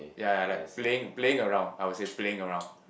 ya ya like playing playing around I would say playing around